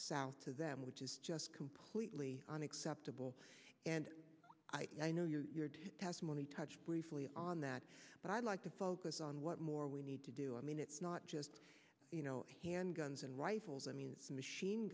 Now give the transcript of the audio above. south to them which is just completely unacceptable and i know your testimony touch briefly on that but i'd like to focus on what more we need to do i mean it's not just you know handguns and rifles i mean machine